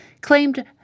claimed